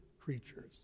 creatures